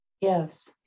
Yes